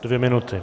Dvě minuty.